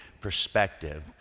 perspective